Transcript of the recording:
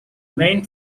main